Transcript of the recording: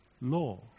law